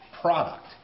product